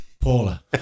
Paula